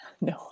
No